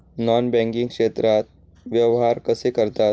Non banking क्षेत्रात व्यवहार कसे करतात?